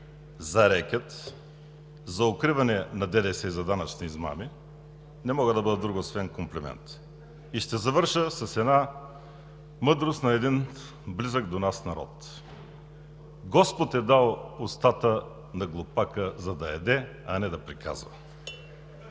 за рекет, за укриване на ДДС и за данъчни измами не могат да бъдат друго освен комплимент. И ще завърша с една мъдрост на един близък до нас народ: „Господ е дал устата на глупака, за да яде, а не да приказва.“